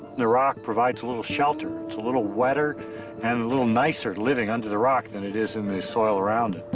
the rock provides a little shelter. it's a little wetter and a little nicer living under the rock than it is in the soil around it.